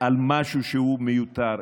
משהו שהוא מיותר.